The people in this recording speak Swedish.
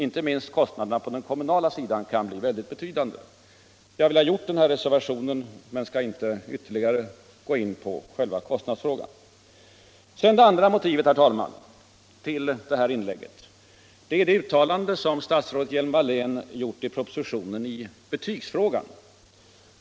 Inte minst kostnaderna på den kommunala sidan kan bli mycket betydande. Jag vill ha gjort den här reservationen men skall inte ytterligare gå in på själva kostnadsfrågan. Det andra motivet, herr talman, till detta inlägg är det uttalande som statsrådet Hjelm-Wallén gjort i propositionen i betygsfrågan.